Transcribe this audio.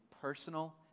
personal